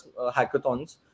hackathons